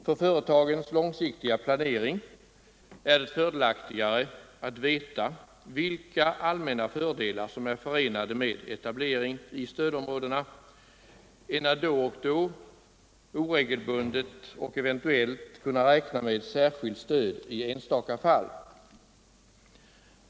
För företagens lånsiktiga planering är det gynnsammare att veta vilka allmänna fördelar som är förenade med etablering i stödområdena än att då och då, oregelbundet och eventuellt, kunna räkna med särskilt stöd i enstaka fall.